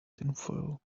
tinfoil